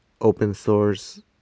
open-source